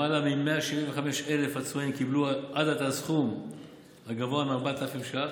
למעלה מ-175,000 עצמאים קיבלו עד עתה סכום הגבוה מ-4,000 ש"ח.